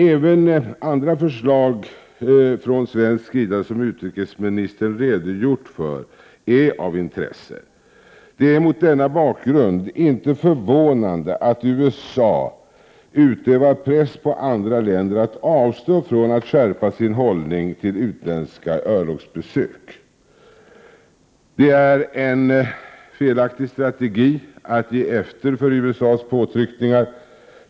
Även andra förslag från svensk sida, som utrikesministern här redogjort för, är givetvis av intresse. Det är mot denna bakgrund inte förvånande att USA utövar press på andra länder att avstå från att skärpa sin hållning till utländska örlogsbesök. Det är felaktig strategi att ge efter för USA:s påtryckningar.